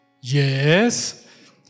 yes